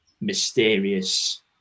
mysterious